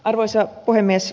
arvoisa puhemies